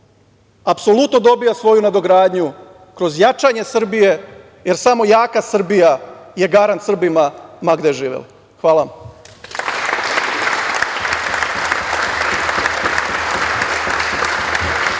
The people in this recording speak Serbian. apsolutno dobija svoju nadogradnju kroz jačanje Srbije, jer samo jaka Srbija je garant Srbima ma gde živeli. Hvala